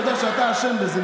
אתה יודע שאתה אשם בזה,